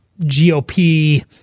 GOP